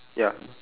ya